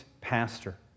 pastor